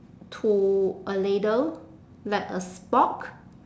to a ladle like a spork